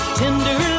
tender